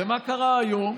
ומה קרה היום?